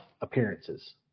appearances